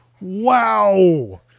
wow